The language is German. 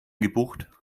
gebucht